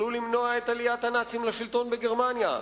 היו יכולים למנוע את עליית הנאצים לשלטון בגרמניה,